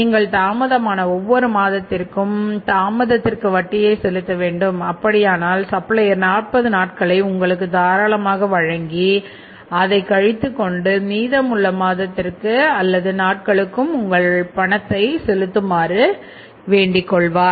நீங்கள் தாமதமான ஒவ்வொரு மாதத்திற்கும் தாமதத்திற்கு வட்டியை செலுத்த வேண்டும் அப்படியானால் சப்ளையர் நாற்பது நாட்களை உங்களுக்கு தாராளமாக வழங்கி அதை கழித்து கொண்டு மீதம் உள்ள மாதத்திற்கு அல்லது நாட்களுக்கும் உங்களை பணத்தை செலுத்துமாறு வேண்டிக் கொள்வார்